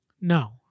No